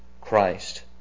Christ